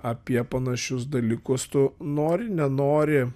apie panašius dalykus tu nori nenori